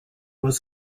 was